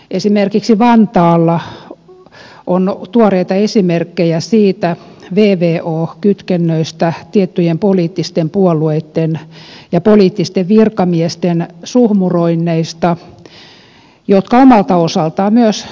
esimerkiksi vantaalla on tuoreita esimerkkejä vvo kytkennöistä tiettyjen poliittisten puolueitten ja poliittisten virkamiesten suhmuroinneista jotka omalta osaltaan myös nostavat kustannuksia